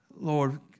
lord